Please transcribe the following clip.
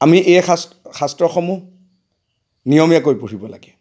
আমি এই শাস্ত্ৰসমূহ নিয়মীয়াকৈ পঢ়িব লাগে